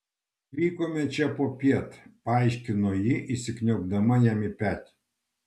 atvykome čia popiet paaiškino ji įsikniaubdama jam į petį